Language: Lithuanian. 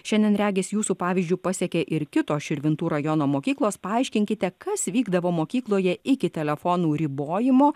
šiandien regis jūsų pavyzdžiu pasekė ir kitos širvintų rajono mokyklos paaiškinkite kas vykdavo mokykloje iki telefonų ribojimo